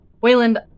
Wayland